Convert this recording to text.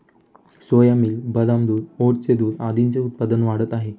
सोया milk, बदाम दूध, ओटचे दूध आदींचे उत्पादन वाढत आहे